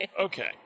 Okay